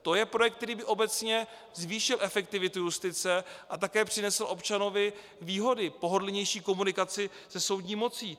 To je projekt, který by obecně zvýšil efektivitu justice a také přinesl občanovi výhody pohodlnější komunikaci se soudní mocí.